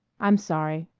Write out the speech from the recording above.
i'm sorry.